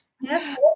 Yes